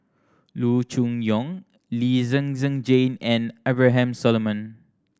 Loo Choon Yong Lee Zhen Zhen Jane and Abraham Solomon